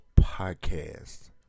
podcast